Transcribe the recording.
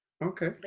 Okay